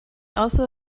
also